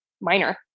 minor